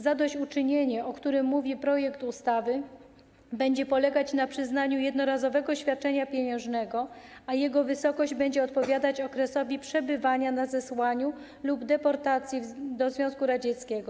Zadośćuczynienie, o którym mówi projekt ustawy, będzie polegać na przyznaniu jednorazowego świadczenia pieniężnego, a jego wysokość będzie odpowiadać okresowi przebywania na zesłaniu lub deportacji do Związku Radzieckiego.